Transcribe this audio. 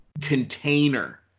container